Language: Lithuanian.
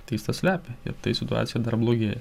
tai jis tą slepia ir tai situaciją dar blogėja